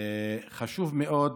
חשוב מאוד,